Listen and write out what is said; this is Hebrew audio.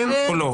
כן או לא?